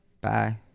bye